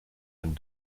and